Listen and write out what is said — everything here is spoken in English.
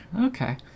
Okay